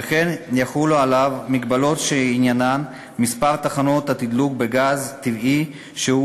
וכן יחולו עליו מגבלות שעניינן מספר תחנות התדלוק בגז טבעי שהוא